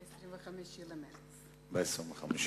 ב-25 במרס.